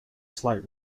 slight